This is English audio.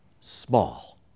small